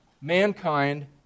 mankind